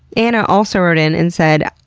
anna also wrote in and said,